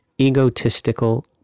egotistical